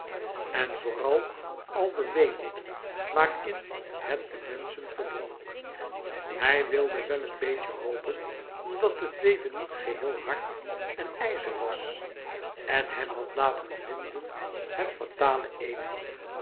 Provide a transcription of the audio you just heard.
en vooral al den weemoed waarin het de menschen verdronk hij wilde wel een beetje hopen omdat het leven niet geheel hard en ijzer was en hem had laten vinden het fatale eéne